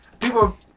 people